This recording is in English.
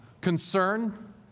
concern